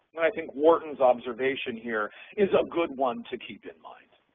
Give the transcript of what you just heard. and i think wharton's observation here is a good one to keep in mind.